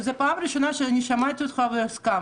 אבל זו פעם ראשונה ששמעתי אותך והסכמתי,